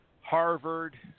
Harvard